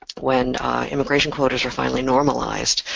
when immigration quotas are finally normalized,